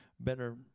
Better